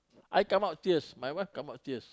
I come out tears my wife come out tears